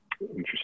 Interesting